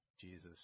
Jesus